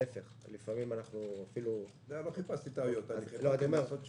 לא חיפשתי טעויות אלא חשבתי